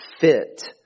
fit